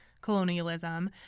colonialism